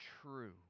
true